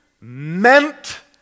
meant